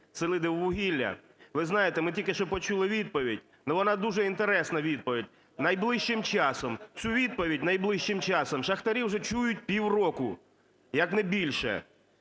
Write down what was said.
"Селидіввугілля". Ви знаєте, ми тільки що почули відповідь, но вона дуже інтересна, відповідь. Найближчим часом, цю відповідь – найближчим часом – шахтарі вже чують півроку, як не більше.